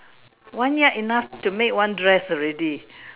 one Yard enough to make one dress already